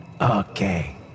Okay